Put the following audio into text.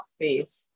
faith